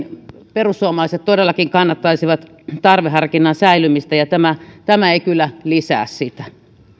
perussuomalaiset todellakin kannattaisivat tarveharkinnan säilymistä ja tämä tämä ei kyllä lisää sitä